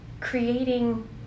creating